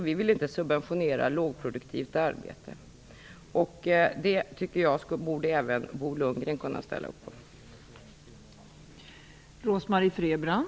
Vi vill inte subventionera lågproduktivt arbete. Det tycker jag att även Bo Lundgren borde kunna ställa sig bakom.